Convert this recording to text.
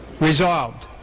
resolved